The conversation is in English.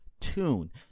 tune